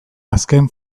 azken